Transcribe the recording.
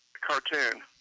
cartoon